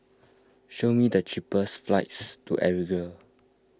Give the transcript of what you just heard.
show me the cheapest flights to Algeria